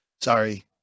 Sorry